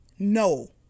No